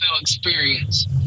experience